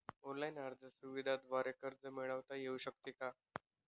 Online अर्ज सुविधांद्वारे कर्ज मिळविता येऊ शकते का?